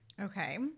Okay